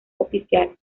oficial